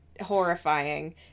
horrifying